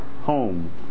home